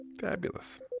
fabulous